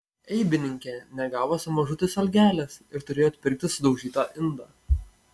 eibininkė negavo savo mažutės algelės ir turėjo atpirkti sudaužytą indą